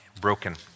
broken